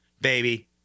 baby